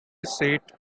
seat